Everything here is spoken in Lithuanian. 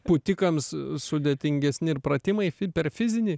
pūtikams sudėtingesni ir pratimai fi per fizinį